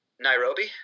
Nairobi